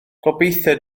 gobeithio